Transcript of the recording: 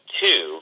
two